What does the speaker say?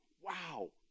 Wow